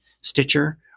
Stitcher